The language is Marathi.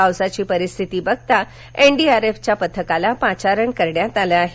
पावसाची परिस्थिती बघता एनडीआरएफच्या पथकाला पाचारण करण्यात आलं आहे